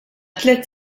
tliet